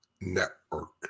network